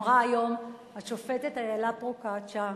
אמרה היום השופטת אילה פרוקצ'יה,